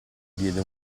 diede